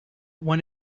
one